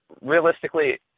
Realistically